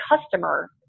customer